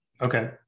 Okay